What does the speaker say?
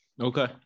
Okay